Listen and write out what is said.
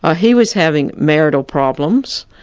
ah he was having marital problems,